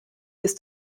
ist